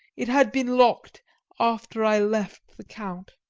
it had been locked after i left the count.